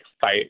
fight